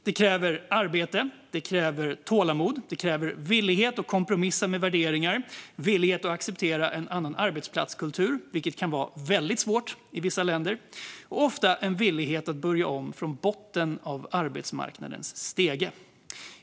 Det kräver arbete, tålamod, villighet att kompromissa med värderingar, villighet att acceptera en annan arbetsplatskultur, vilket kan vara väldigt svårt i vissa länder, och ofta en villighet att börja om från botten, längst ned på arbetsmarknadens stege.